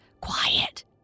quiet